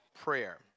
prayer